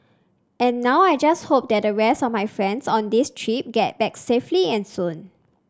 and now I just hope that the rest of my friends on this trip get back safely and soon